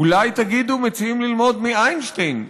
אולי תגידו שמציעים ללמוד מאיינשטיין,